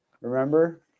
remember